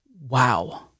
wow